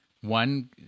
one